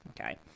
Okay